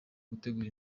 gutegura